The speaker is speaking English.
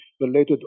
related